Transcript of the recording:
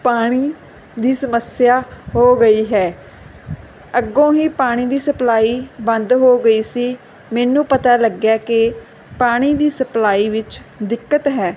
ਪਾਣੀ ਦੀ ਸਮੱਸਿਆ ਹੋ ਗਈ ਹੈ ਅੱਗੋਂ ਹੀ ਪਾਣੀ ਦੀ ਸਪਲਾਈ ਬੰਦ ਹੋ ਗਈ ਸੀ ਮੈਨੂੰ ਪਤਾ ਲੱਗਿਆ ਕਿ ਪਾਣੀ ਦੀ ਸਪਲਾਈ ਵਿੱਚ ਦਿੱਕਤ ਹੈ